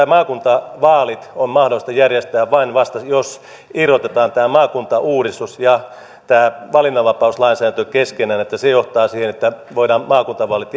maakuntavaalit on mahdollista järjestää vain jos irrotetaan maakuntauudistus ja valinnanvapauslainsäädäntö toisistaan että se johtaa siihen että voidaan maakuntavaalit